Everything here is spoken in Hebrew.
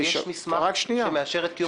21:00. יש מסמך שמאשר את קיום הדיון?